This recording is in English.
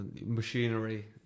machinery